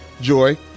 Joy